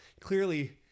Clearly